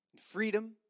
freedom